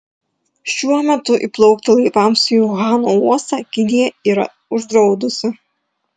šiuo metu įplaukti laivams į uhano uostą kinija yra uždraudusi